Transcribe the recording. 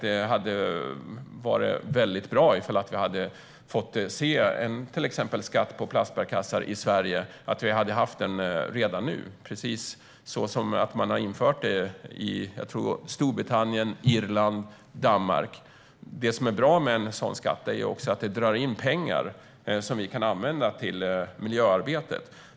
Det hade varit bra om vi hade fått se till exempel skatt på plastbärkassar i Sverige redan nu. Den har införts i Storbritannien, Irland och Danmark. Det som är bra med en sådan skatt är att den drar in pengar som kan användas till miljöarbetet.